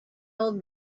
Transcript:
old